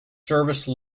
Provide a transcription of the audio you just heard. service